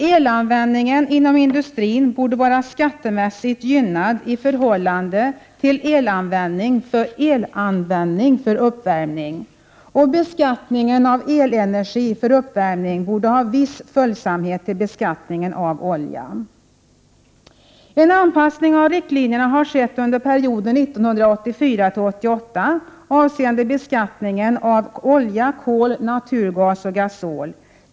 Elanvändning inom industrin borde vara skattemässigt gynnad i förhållande till elanvändning för uppvärmning, och beskattningen av elenergi för uppvärmning borde ha viss följsamhet till beskattningen av olja. En anpassning av riktlinjerna har skett under perioden 1984-1988 avseende beskattningen av olja, kol, naturgas och gasol.